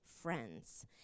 friends